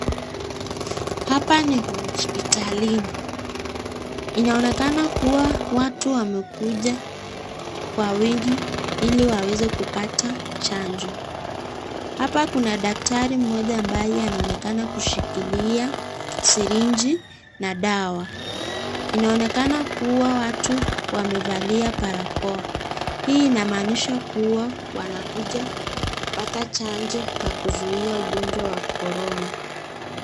Hapa ni hospitalini, inaonekana kuwa watu wamekuja kwa wingi ili waweze kupata chanjo. Hapa kuna daktari mmoja ambaye anaonekana kushikilia sirinji na dawa. Inaonekana kuwa watu wamevalia barakoa. Hii inamaanisha kuwa wanakute kupata chanjo kakuzuhia unjo wa Corona.